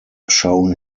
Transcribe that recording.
shown